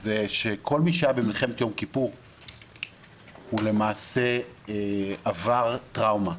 שכל מי שהיה במלחמת יום כיפור למעשה עבר טראומה,